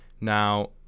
Now